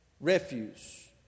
refuse